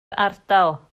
ardal